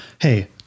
Hey